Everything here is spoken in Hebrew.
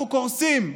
אנחנו קורסים,